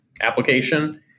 application